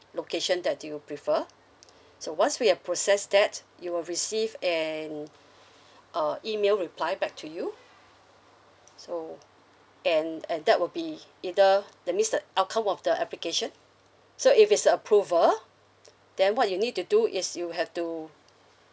location that you preferred so once we have processed that you will receive an uh email reply back to you so and and that will be either that means the outcome of the application so if it's an approval then what you need to do is you have to